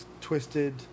twisted